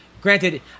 Granted